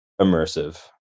immersive